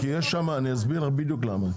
אסביר לך בדיוק למה,